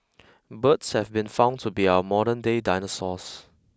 birds have been found to be our modernday dinosaurs